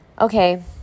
okay